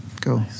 Go